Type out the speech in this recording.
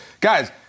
Guys